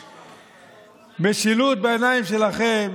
משילות בעיניים שלכם